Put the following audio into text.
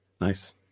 Nice